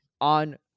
on